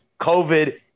COVID